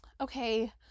okay